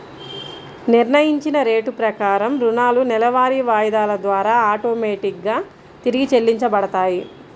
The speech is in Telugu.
నిర్ణయించిన రేటు ప్రకారం రుణాలు నెలవారీ వాయిదాల ద్వారా ఆటోమేటిక్ గా తిరిగి చెల్లించబడతాయి